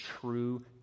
true